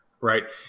right